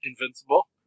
invincible